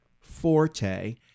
forte